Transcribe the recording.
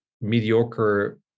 mediocre